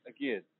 again